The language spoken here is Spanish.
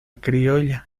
criolla